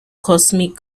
cosmic